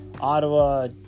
Ottawa